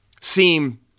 seem